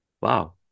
Wow